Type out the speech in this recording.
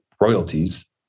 royalties